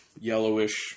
yellowish